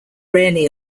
rarely